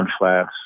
flats